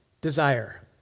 desire